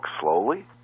slowly